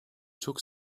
çok